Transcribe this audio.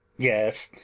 yes,